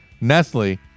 Nestle